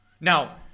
Now